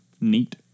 Neat